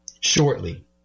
Shortly